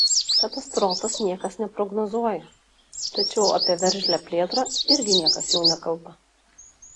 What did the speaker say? katastrofos niekas neprognozuoja tačiau apie veržlią plėtrą irgi niekas jau nekalba